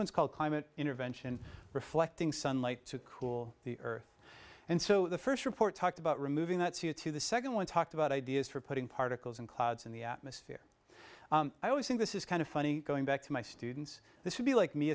one's called climate intervention reflecting sunlight to cool the earth and so the first report talked about removing that c o two the second one talked about ideas for putting particles and clouds in the atmosphere i always think this is kind of funny going back to my students this would be like me